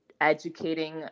educating